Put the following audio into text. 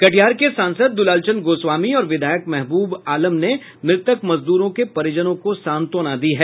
कटिहार के सांसद दूलाल चंद गोस्वामी और विधायक महबूब आलम ने मृतक मजदूरों के परिजनों को सांत्वना दी है